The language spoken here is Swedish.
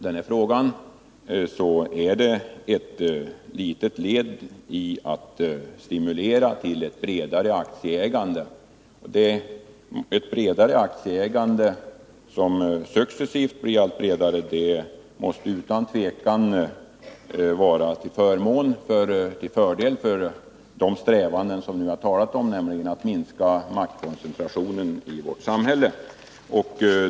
Den här frågan är ett led i att stimulera till ett bredare aktieägande. Ett aktieägande som successivt blir allt bredare måste utan tvivel vara till fördel för strävandena att minska maktkoncentrationen i vårt samhälle.